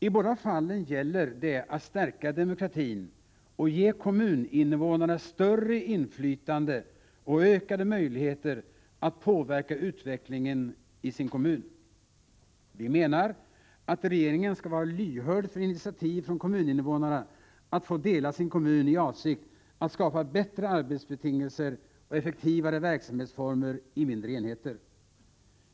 I båda fallen gäller det att stärka demokratin och ge kommuninvånarna större inflytande och ökade möjligheter att påverka utvecklingen i sin kommun. Vi menar att regeringen skall vara lyhörd för initiativ från kommuninvånarna till att få dela sin kommun i avsikt att skapa bättre arbetsbetingelser och effektivare verksamhetsformer i mindre enheter.